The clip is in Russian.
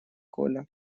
коля